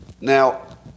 Now